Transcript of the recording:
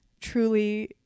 truly